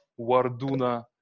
Warduna